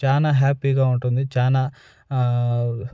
చాలా హ్యాపీగా ఉంటుంది చాలా